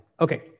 Okay